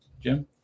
Jim